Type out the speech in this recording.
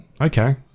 Okay